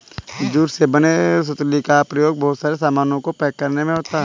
jute से बने सुतली का प्रयोग बहुत से सामानों को पैक करने में होता है